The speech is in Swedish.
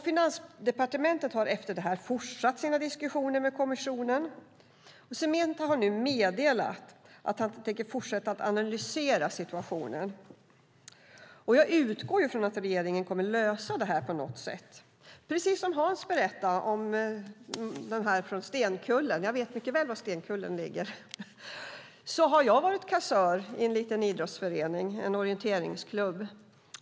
Finansdepartementet har efter detta fortsatt sina diskussioner med kommissionen, och Semeta har nu meddelat att han tänker fortsätta att analysera situationen. Jag utgår från att regeringen kommer att lösa detta på något sätt. Precis som Hans Olsson berättade från Stenkullen, som jag mycket väl vet var det ligger, har jag varit kassör i en liten idrottsförening - en orienteringsklubb.